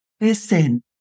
Listen